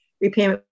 repayment